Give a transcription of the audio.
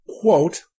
quote